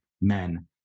men